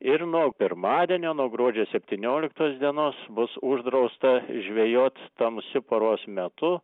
ir nuo pirmadienio nuo gruodžio septynioliktos dienos bus uždrausta žvejot tamsiu paros metu